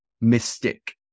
mystic